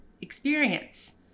experience